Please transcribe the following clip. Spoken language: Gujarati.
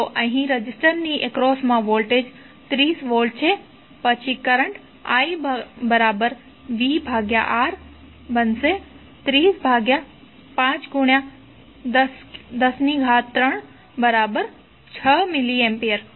તો અહીં રેઝિસ્ટર ની એક્રોસમા વોલ્ટેજ 30 વોલ્ટ છે તો પછી કરંટ ivR3051036 mA થશે